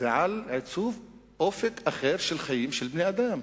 ועל עיצוב אופק אחר לחיים של בני-אדם.